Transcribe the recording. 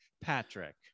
Patrick